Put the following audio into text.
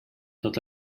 tot